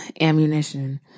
ammunition